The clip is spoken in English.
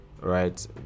right